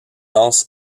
lance